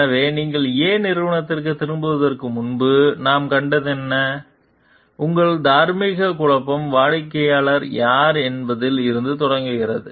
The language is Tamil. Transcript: எனவே நீங்கள் A நிறுவனத்திற்குத் திரும்புவதற்கு முன்பு நாம் கண்டது என்ன உங்கள் தார்மீக குழப்பம் வாடிக்கையாளர் யார் என்பதில் இருந்து தொடங்குகிறது